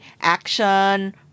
action